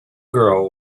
girl